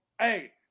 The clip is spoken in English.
Hey